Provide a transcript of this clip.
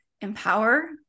empower